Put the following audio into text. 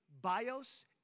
Bios